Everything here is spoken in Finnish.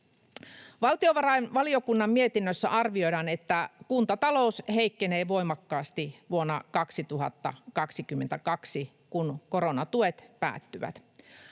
Valtiovarainvaliokunnan mietinnössä arvioidaan, että kuntatalous heikkenee voimakkaasti vuonna 2022, kun koronatuet päättyvät.